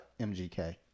mgk